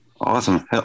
Awesome